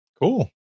Cool